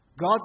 God